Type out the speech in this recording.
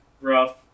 Rough